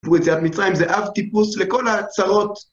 סיפור יציאת מצרים זה אב טיפוס לכל ההצהרות.